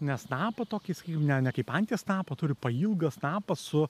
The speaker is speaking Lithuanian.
ne snapą tokį sakykim ne ne kaip anties snapą turi pailgą snapą su